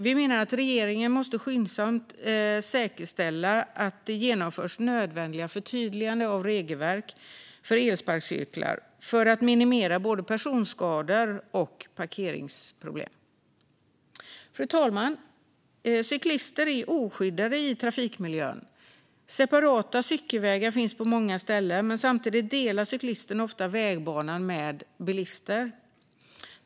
Vi menar att regeringen skyndsamt måste säkerställa att det genomförs nödvändiga förtydliganden av regelverket för elsparkcyklar för att minimera både personskador och parkeringsproblem. Fru talman! Cyklister är oskyddade i trafikmiljön. Separata cykelvägar finns på många ställen, men samtidigt delar cyklister ofta vägbanan med bilister.